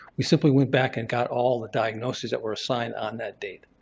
we simply went back and got all the diagnoses that were assigned on that date.